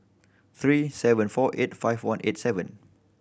three seven four eight five one eight seven